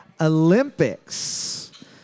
Olympics